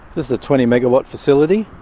this is a twenty megawatt facility,